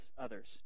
others